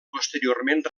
posteriorment